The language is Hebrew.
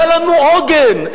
היה לנו עוגן.